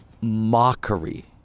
mockery